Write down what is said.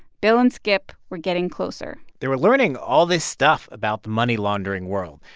bill and skip were getting closer they were learning all this stuff about the money-laundering world.